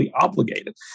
obligated